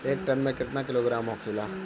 एक टन मे केतना किलोग्राम होखेला?